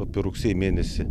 apie rugsėjį mėnesį